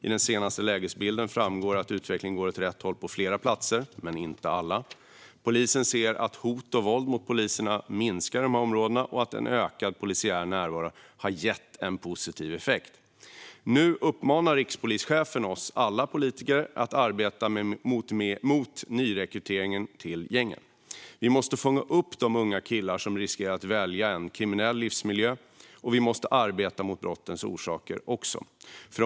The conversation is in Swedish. Av den senaste lägesbilden framgår att utvecklingen går åt rätt håll på flera platser, men inte alla. Polisen ser att hot och våld mot polisen minskar i dessa områden och att en ökad polisiär närvaro har gett en positiv effekt. Nu uppmanar rikspolischefen oss politiker att arbeta mot nyrekryteringen till gängen. Vi måste fånga upp de unga killar som riskerar att välja en kriminell livsmiljö, och vi måste också arbeta mot brottens orsaker.